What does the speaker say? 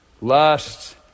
lust